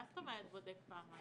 מה זאת אומרת "בודק פעמיים"?